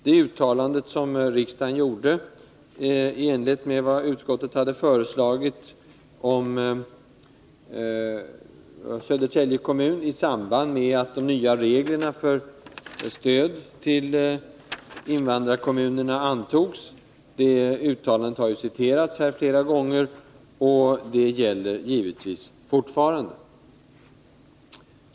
Det uttalande som riksdagen gjorde i enlighet med vad utskottet hade föreslagit om Södertälje kommun i samband med att de nya reglerna för stöd till invandrarkommunerna antogs har citerats här flera gånger, och det gäller givetvis fortfarande.